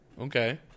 okay